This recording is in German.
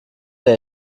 der